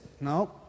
No